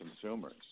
consumers